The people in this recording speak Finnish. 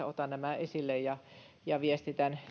otan nämä esille ja ja viestitän